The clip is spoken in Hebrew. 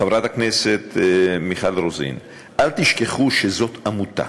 חברת הכנסת מיכל רוזין, אל תשכחו שזאת עמותה,